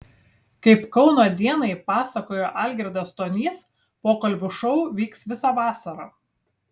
kaip kauno dienai pasakojo algirdas stonys pokalbių šou vyks visą vasarą